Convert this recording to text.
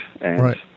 Right